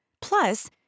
Plus